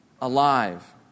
alive